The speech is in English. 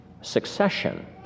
succession